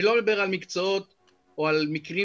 אני לא מדבר על מקצועות או על מקרים